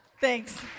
Thanks